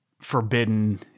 forbidden